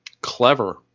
Clever